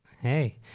Hey